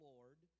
Lord